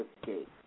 escape